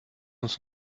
uns